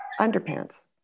underpants